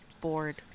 board